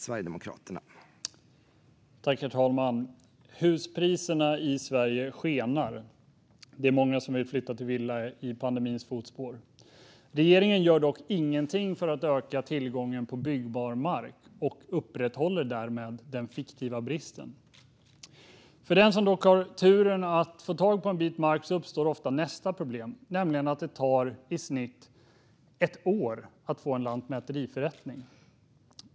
Herr talman! Huspriserna i Sverige skenar. Det är många som vill flytta till villa i pandemins fotspår. Regeringen gör dock ingenting för att öka tillgången på byggbar mark och upprätthåller därmed den fiktiva bristen. För den som ändå har turen att få tag på en bit mark uppstår ofta nästa problem, nämligen att det tar i snitt ett år att få en lantmäteriförrättning.